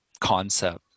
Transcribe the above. concept